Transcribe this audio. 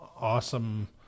awesome